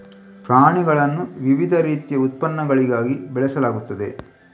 ಪ್ರಾಣಿಗಳನ್ನು ವಿವಿಧ ರೀತಿಯ ಉತ್ಪನ್ನಗಳಿಗಾಗಿ ಬೆಳೆಸಲಾಗುತ್ತದೆ